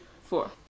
four